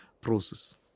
process